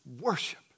worship